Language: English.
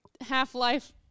Half-Life